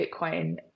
Bitcoin